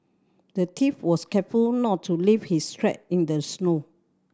the thief was careful not to leave his track in the snow